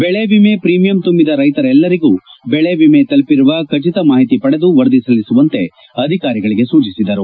ಬೆಳೆ ವಿಮೆ ಪ್ರೀಮಿಯಂ ತುಂಬದ ರೈತರೆಲ್ಲರಿಗೂ ಬೆಳೆ ವಿಮೆ ತಲುಪಿರುವ ಖಚಿತ ಮಾಹಿತಿ ಪಡೆದು ವರದಿ ಸಲ್ಲಿಸುವಂತೆ ಅಧಿಕಾರಿಗಳಿಗೆ ಸೂಚಿಸಿದರು